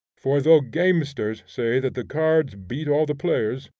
for though gamesters say that the cards beat all the players,